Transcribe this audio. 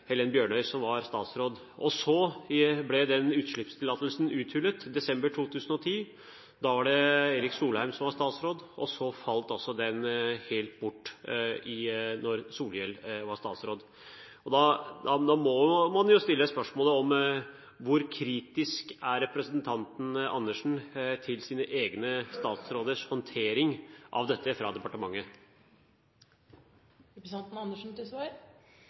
Helen Bjørnøy som var statsråd. Så ble den utslippstillatelsen uthulet i desember 2010, da var det Erik Solheim som var statsråd, og så falt den altså helt bort mens Solhjell var statsråd. Da må man jo stille spørsmålet: Hvor kritisk er representanten Andersen til sine egne statsråders håndtering av dette i departementet?